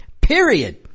period